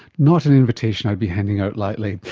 not an invitation i'd be handing out lightly.